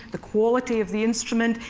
the quality of the instrument,